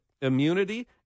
immunity